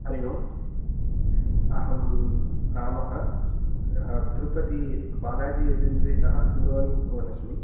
हरिः ओम् अहं रामः तिरुपति बालाजि एजेन्सीतः दूरवाणीं कुर्वन्नस्मि